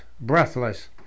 breathless